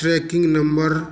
tracking number है